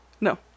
No